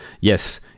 Yes